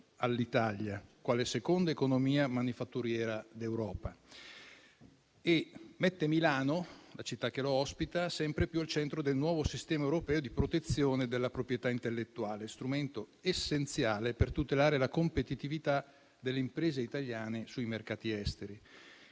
all'Italia quale seconda economia manifatturiera d'Europa e mette Milano, la città che lo ospita, sempre più al centro del nuovo sistema europeo di protezione della proprietà intellettuale, strumento essenziale per tutelare la competitività delle imprese italiane sui mercati esteri.